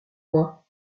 moi